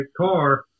car